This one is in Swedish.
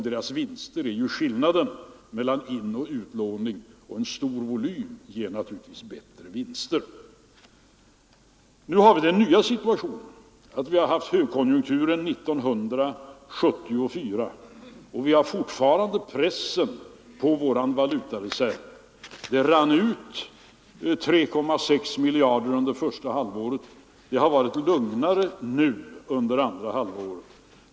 Deras vinster är ju skillnaden mellan inoch utlåning, och en stor volym ger naturligtvis bättre vinster. Nu har vi den nya situationen att vi har haft högkonjunktur 1974, och vi har fortfarande pressen på vår valutareserv. Det rann ut 3,6 miljarder under första halvåret; det har varit lugnare nu under andra halvåret.